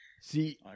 See